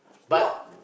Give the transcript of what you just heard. but